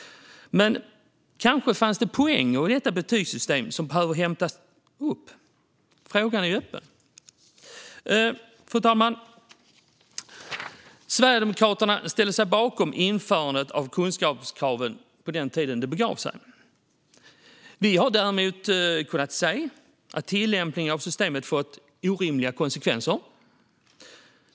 Men kanske fanns det poänger i detta betygssystem som behöver hämtas upp. Frågan är öppen. Fru talman! Sverigedemokraterna ställde sig bakom införandet av kunskapskraven på den tiden då det begav sig. Vi har dock kunnat se att tillämpningen av systemet har fått orimliga konsekvenser.